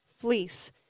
fleece